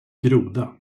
groda